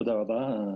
רק להבנת העניין,